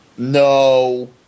No